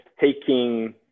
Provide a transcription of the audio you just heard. taking